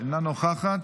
אינה נוכחת,